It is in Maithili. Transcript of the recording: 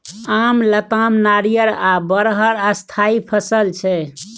आम, लताम, नारियर आ बरहर स्थायी फसल छै